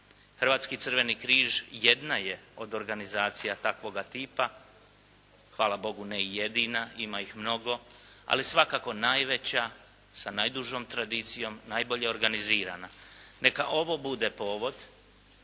Hrvatski crveni križ jedna je od organizacija takvoga tipa, hvala Bogu ne i jedina. Ima ih mnogo, ali svakako najveća, s najdužom tradicijom, najbolje organizirana. Neka ovo bude povod